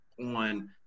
on